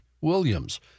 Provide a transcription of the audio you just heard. Williams